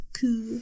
cool